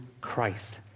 Christ